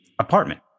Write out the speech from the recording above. apartment